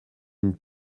une